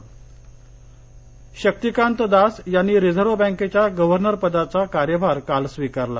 पदभार शक्तिकांत दास यांनी रिझर्व्ह बँकेच्या गव्हर्नर पदाचा कार्यभार काल स्वीकारला